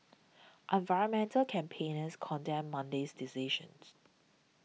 environmental campaigners condemned Monday's decisions